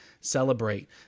celebrate